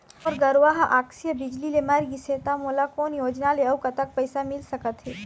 मोर गरवा हा आकसीय बिजली ले मर गिस हे था मोला कोन योजना ले अऊ कतक पैसा मिल सका थे?